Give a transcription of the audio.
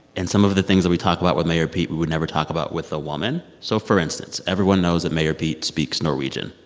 and some of the things that we talk about with mayor pete we would never talk about with a woman. so for instance, everyone knows that mayor pete speaks norwegian,